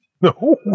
No